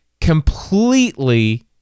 completely